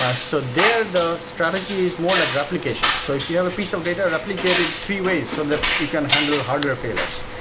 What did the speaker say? ah so there, the strategy is more like replication. so if you have a piece of um data replicated three ways so that you can handle hardware failures.